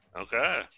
Okay